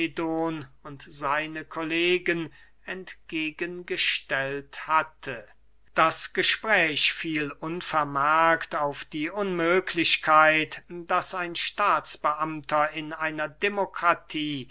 und seine kollegen entgegen gestellt hatte das gespräch fiel unvermerkt auf die unmöglichkeit daß ein staatsbeamter in einer demokratie